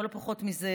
אבל לא פחות מזה,